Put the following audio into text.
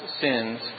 sins